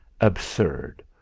Absurd